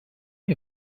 est